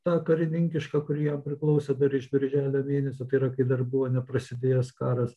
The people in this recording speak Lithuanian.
tą karininkišką kuri jam priklausė dar iš birželio mėnesio tai yra kai dar buvo neprasidėjęs karas